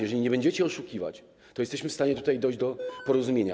Jeżeli nie będziecie oszukiwać, to jesteśmy w stanie tutaj dojść do porozumienia.